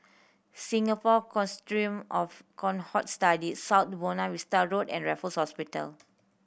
Singapore Consortium of Cohort Studies South Buona Vista Road and Raffles Hospital